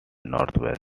northwest